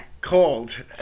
cold